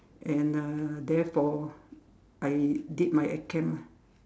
and uh therefore I did my I can lah